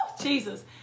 Jesus